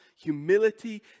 Humility